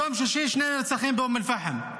יום שישי, שני נרצחים באום אל-פחם,